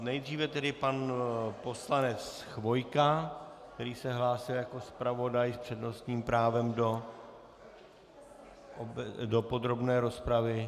Nejdříve tedy pan poslanec Chvojka, který se hlásil jako zpravodaj s přednostním právem do podrobné rozpravy.